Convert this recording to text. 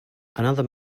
another